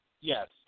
Yes